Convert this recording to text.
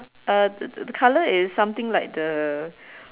uh the the colour is something like the